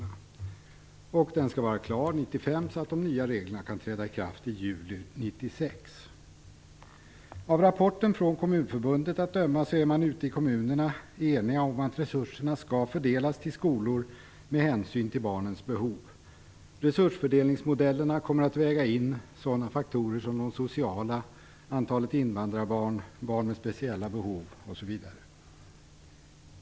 Den skall vara klar under 1995 så att de nya reglerna kan träda i kraft i juli 1996. Av rapporter från Kommunförbundet att döma är man ute i kommunerna enig om att resurserna skall fördelas till skolor med hänsyn till barnens behov. Resursfördelningsmodellerna kommer att väga in sådana faktorer som de sociala, antalet invandrabarn, barn med speciella behov etc.